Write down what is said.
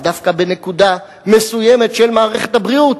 דווקא בנקודה מסוימת של מערכת הבריאות,